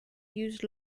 used